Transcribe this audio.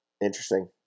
interesting